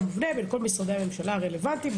מובנה בין כל משרדי הממשלה הרלוונטיים,